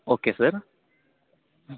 okay sir